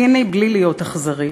ציני בלי להיות אכזרי,